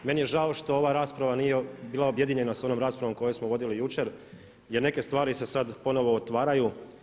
Meni je žao što ova rasprava nije bila objedinjena s onom raspravom koju smo vodili jučer jer neke stvari se sad ponovno otvaraju.